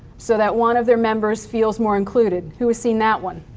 so that one of their members feels more included. who have seen that one?